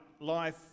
life